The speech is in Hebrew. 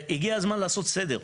הגיע הזמן לעשות סדר.